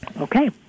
Okay